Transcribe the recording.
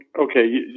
okay